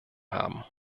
haben